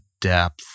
depth